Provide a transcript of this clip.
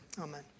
Amen